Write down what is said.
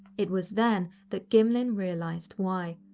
it was then that gimlin realised why.